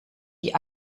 die